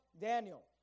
Daniel